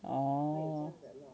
orh